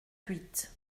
huit